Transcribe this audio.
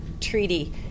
Treaty